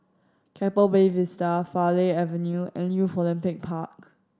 Keppel Bay Vista Farleigh Avenue and Youth Olympic Park